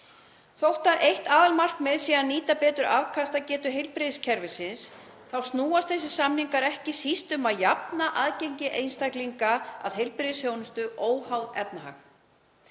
Þótt eitt aðalmarkmiðið sé að nýta betur afkastagetu heilbrigðiskerfisins þá snúast þessir samningar ekki síst um að jafna aðgengi einstaklinga að heilbrigðisþjónustu óháð efnahag.